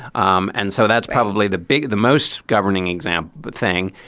um and so that's probably the big the most. governing exam thing.